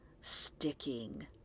sticking